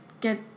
get